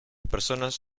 personas